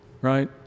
right